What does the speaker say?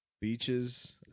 Beaches